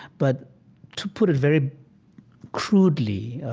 but to put it very crudely,